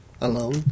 alone